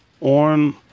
on